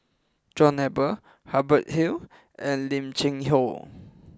John Eber Hubert Hill and Lim Cheng Hoe